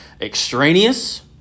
extraneous